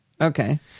okay